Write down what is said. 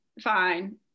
fine